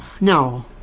No